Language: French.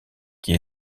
qui